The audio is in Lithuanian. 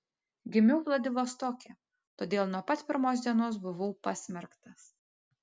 gimiau vladivostoke todėl nuo pat pirmos dienos buvau pasmerktas